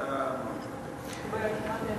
אתה אמרת.